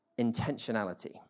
intentionality